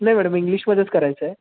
नाही मॅडम इंग्लिशमध्येच करायचं आहे